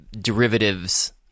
derivatives